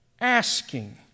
Asking